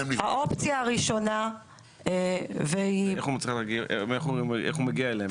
איך הוא מגיע אליהם?